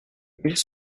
mille